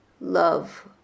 love